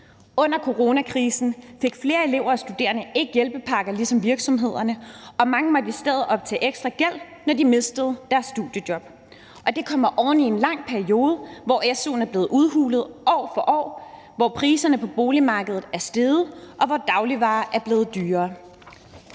Under coronakrisen fik flere elever og studerende ikke hjælpepakker ligesom virksomhederne, og mange måtte i stedet optage ekstra gæld, når de mistede deres studiejob, og det kommer oven i en lang periode, hvor su'en er blevet udhulet år for år, hvor priserne på boligmarkedet er steget, og hvor dagligvarer er blevet dyrere.